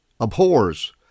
abhors